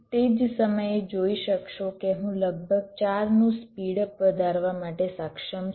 તેથી તમે તે જ સમયે જોઈ શકશો કે હું લગભગ 4 નું સ્પીડ અપ વધારવા માટે સક્ષમ છું